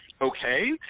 okay